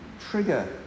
trigger